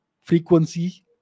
frequency